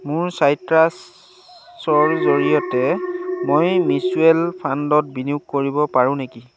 মোৰ চাইট্ৰাছৰ জৰিয়তে মই মিউচুৱেল ফাণ্ডত বিনিয়োগ কৰিব পাৰো নেকি